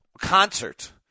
concert